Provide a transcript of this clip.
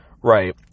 right